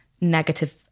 negative